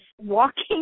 walking